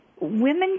women